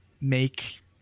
make